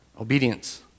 obedience